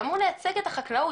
שאמור לייצג את החקלאות,